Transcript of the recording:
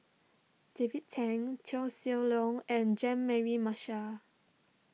David Tham Koh Seng Leong and Jean Mary Marshall